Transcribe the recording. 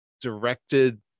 Directed